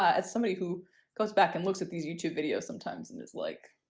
ah as somebody who goes back and looks at these youtube videos sometimes and is like,